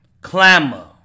clamor